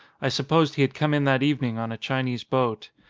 i supposed he had come in that evening on a chinese boat.